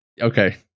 okay